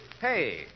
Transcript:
Hey